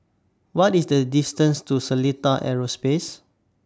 What IS The distance to Seletar Aerospace